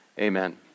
amen